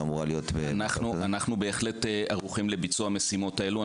אנחנו בהחלט ערוכים לביצוע המשימות האלו.